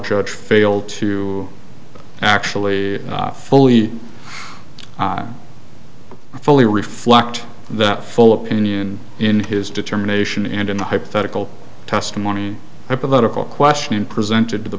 judge failed to actually fully fully reflect that full opinion in his determination and in the hypothetical testimony a political question presented to the